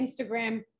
Instagram